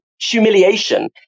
humiliation